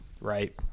Right